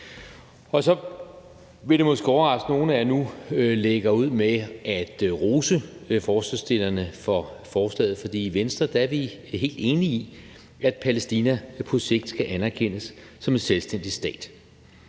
er. Så vil det måske overraske nogle, at jeg nu lægger ud med at rose forslagsstillerne for forslaget, for i Venstre er vi helt enige i, at Palæstina på sigt skal anerkendes som en selvstændig stat.